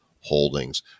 Holdings